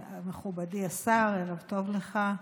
מכובדי השר, ערב טוב לך.